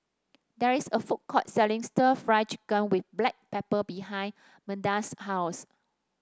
there is a food court selling stir Fry Chicken with Black Pepper behind Meda's house